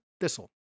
thistle